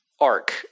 arc